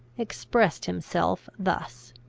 expressed himself thus